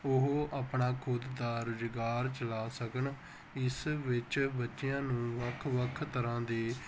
ਉਹ ਆਪਣਾ ਖੁਦ ਦਾ ਰੁਜ਼ਗਾਰ ਚਲਾ ਸਕਣ ਇਸ ਵਿੱਚ ਬੱਚਿਆਂ ਨੂੰ ਵੱਖ ਵੱਖ ਤਰ੍ਹਾਂ ਦੇ